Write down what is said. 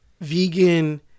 vegan